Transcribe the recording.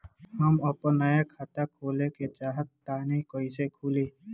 हम आपन नया खाता खोले के चाह तानि कइसे खुलि?